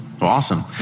Awesome